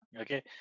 Okay